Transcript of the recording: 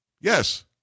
Yes